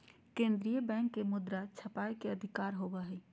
केन्द्रीय बैंक के मुद्रा छापय के अधिकार होवो हइ